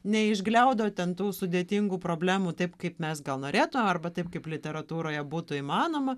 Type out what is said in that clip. neišgliaudo ten tų sudėtingų problemų taip kaip mes gal norėtumėm arba taip kaip literatūroje būtų įmanoma